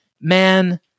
man